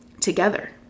together